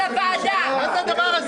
אני לא עושה הצגות ומשחקים, זה מקובל.